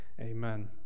Amen